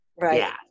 Right